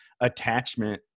attachment